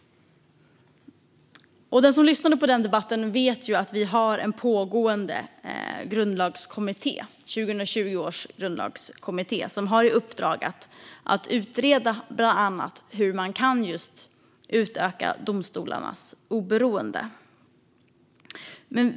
Den som lyssnade på den debatten vet att vi har en pågående grundlagskommitté, 2020 års grundlagskommitté, som har i uppdrag att utreda bland annat hur man kan just utöka domstolarnas oberoende.